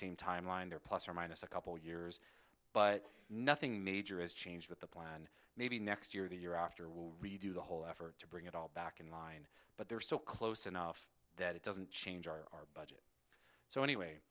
same timeline there plus or minus a couple years but nothing major has changed with the plan maybe next year the year after will redo the whole effort to bring it all back in line but they're so close enough that it doesn't change our but so anyway